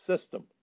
system